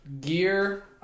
Gear